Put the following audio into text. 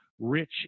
rich